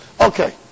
Okay